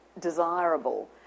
desirable